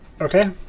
Okay